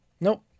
Nope